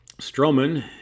Strowman